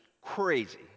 crazy